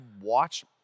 watch